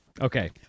Okay